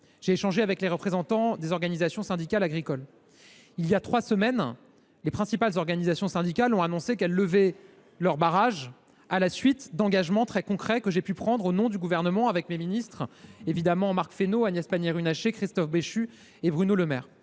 J’ai échangé avec les représentants des syndicats agricoles. Il y a trois semaines, les principales organisations ont annoncé qu’elles levaient leurs barrages à la suite des engagements très concrets que j’ai pu prendre au nom du Gouvernement, en lien avec mes ministres, Marc Fesneau, Agnès Pannier Runacher, Christophe Béchu et Bruno Le Maire.